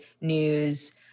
news